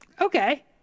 Okay